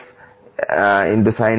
sin nx